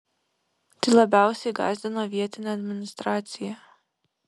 tai labiausiai gąsdino vietinę administraciją